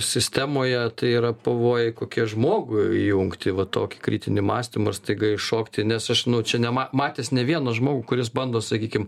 sistemoje tai yra pavojai kokie žmogui įjungti va tokį kritinį mąstymą ir staiga iššokti nes aš nu čia nema matęs ne vieną žmogų kuris bando sakykim